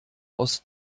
aus